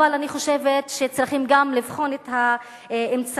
אבל אני חושבת שצריכים גם לבחון את האמצעים.